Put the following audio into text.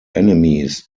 enemies